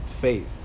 faith